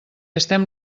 estem